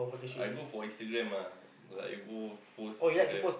I go for Instagram ah like I go post Instagram